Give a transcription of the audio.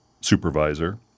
supervisor